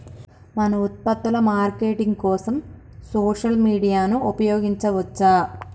మన ఉత్పత్తుల మార్కెటింగ్ కోసం సోషల్ మీడియాను ఉపయోగించవచ్చా?